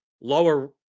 lower